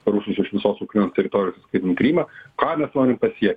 rusus iš visos ukrainos teritorijos įskaitant krymą ką mes norim pasiekt